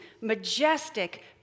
majestic